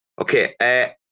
okay